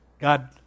God